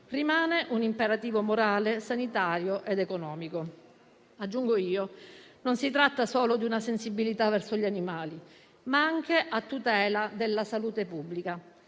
rimane un imperativo morale, sanitario ed economico. Aggiungo che non si tratta solo di una sensibilità verso gli animali, ma anche a tutela della salute pubblica,